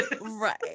right